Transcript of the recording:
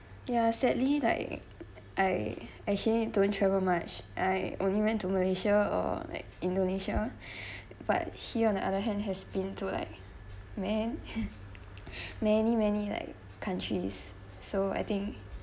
ya sadly like I actually don't travel much I only went to malaysia or like indonesia but here on the other hand has been to like man~ many many like countries so I think